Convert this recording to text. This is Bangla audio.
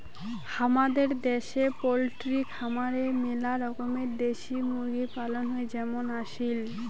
হামাদের দ্যাশে পোলট্রি খামারে মেলা রকমের দেশি মুরগি পালন হই যেমন আসিল